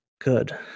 Good